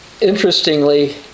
interestingly